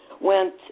went